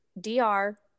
Dr